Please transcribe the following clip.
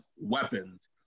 weapons